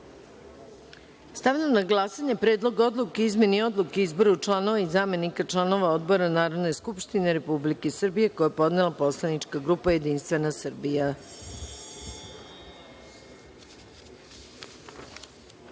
na glasanje Predlog odluke o izmeni Odluke o izboru članova i zamenika članova odbora Narodne skupštine Republike Srbije, koji je podnela poslanička grupa Jedinstvena